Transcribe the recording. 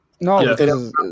No